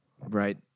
Right